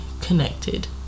connected